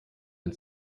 ein